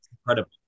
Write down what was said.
incredible